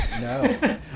No